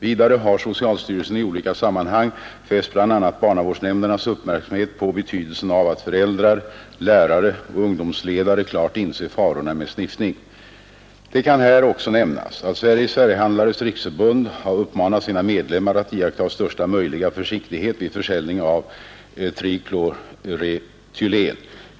Vidare har socialstyrelsen i olika sammanhang fäst bl.a. barnavårdsnämndernas uppmärksamhet på betydelsen av att föräldrar, lärare och ungdomsledare klart inser farorna med sniffning. Det kan här också nämnas, att Sveriges färghandlares riksförbund har uppmanat sina medlemmar att iaktta största möjliga försiktighet vid försäljning av trikloretylen.